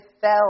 fell